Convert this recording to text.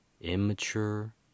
Immature